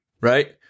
Right